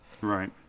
Right